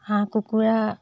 হাঁহ কুকুৰা